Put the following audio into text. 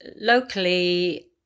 locally